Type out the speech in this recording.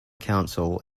council